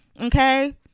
okay